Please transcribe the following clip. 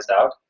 out